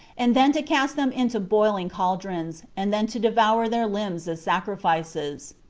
and then to cast them into boiling caldrons, and then to devour their limbs as sacrifices.